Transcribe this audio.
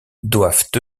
doivent